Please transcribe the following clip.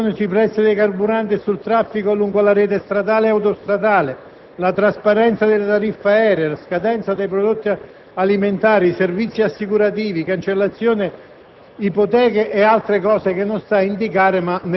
mercato delle telecomunicazioni, informazioni sui prezzi dei carburanti e sul traffico lungo la rete stradale e autostradale, trasparenza delle tariffe aeree, scadenza dei prodotti alimentari, servizi assicurativi, cancellazione di